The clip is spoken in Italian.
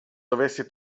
dovessi